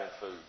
food